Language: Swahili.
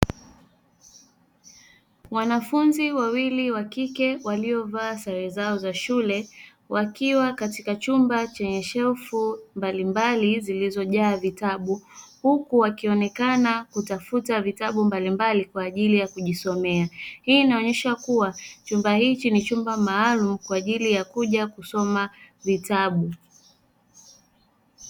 Wanafunzi wawili wa kike waliovaa sare zao za shule, wakiwa katika chumba chenye shelfu mbalimbali zilizo jaa vitabu huku wakionekana kutafuta vitabu mbalimbali kwa ajili ya kujisomea. Hii inaonyesha kuwa chumba hichi ni chumba maalumu kwa ajili ya kuja kusoma vitabu.